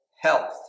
health